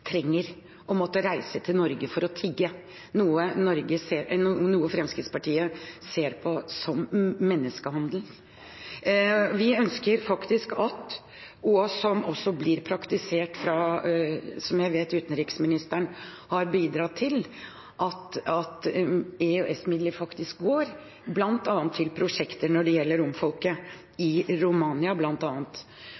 Norge for å tigge, noe Fremskrittspartiet ser på som menneskehandel. Vi ønsker faktisk, slik utenriksministeren også har bidratt til praktisering av, at EØS-midler skal gå til prosjekter når det gjelder romfolket, bl.a. i